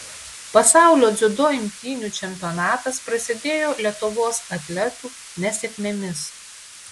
pasaulio dziudo imtynių čempionatas prasidėjo lietuvos atletų nesėkmėmis